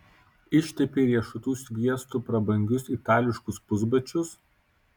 ištepei riešutų sviestu prabangius itališkus pusbačius